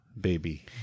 baby